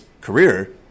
career